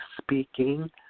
speaking